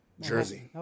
Jersey